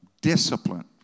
Discipline